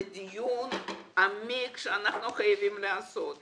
זה דיון שאנחנו חייבים לעשות.